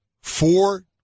four